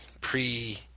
Pre